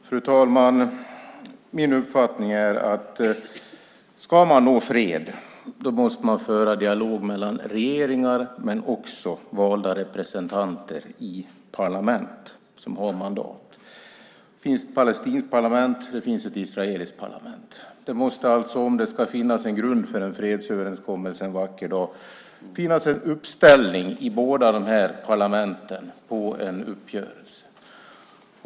Fru talman! Min uppfattning är att ska man nå fred måste man föra dialog mellan regeringar men också med valda representanter i parlament som har mandat. Det finns ett palestinskt parlament. Det finns ett israeliskt parlament. Det måste om det ska finnas en grund för en fredsöverenskommelse en vacker dag finnas en uppställning i båda parlamenten för en uppgörelse.